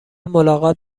ملاقات